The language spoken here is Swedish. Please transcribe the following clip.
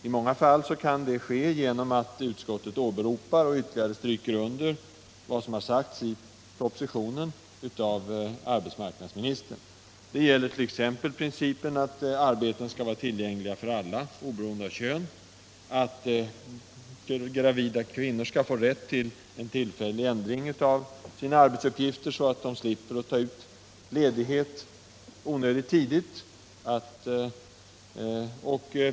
I många fall sker det genom att utskottet åberopar och ytterligare stryker under vad som har sagts i propositionen av arbetsmarknadsministern. Det gäller t.ex. principen att arbeten skall vara tillgängliga för alla oberoende av kön, och att gravida kvinnor skall få rätt till en tillfällig ändring i sina arbetsuppgifter så att de slipper ta ut ledighet onödigt tidigt.